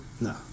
No